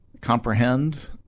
comprehend